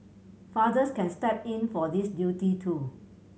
fathers can step in for this duty too